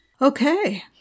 Okay